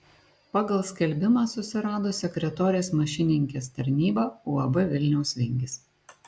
pagal skelbimą susirado sekretorės mašininkės tarnybą uab vilniaus vingis